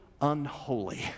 unholy